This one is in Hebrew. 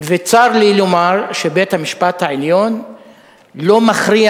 וצר לי לומר שבית-המשפט העליון לא מכריע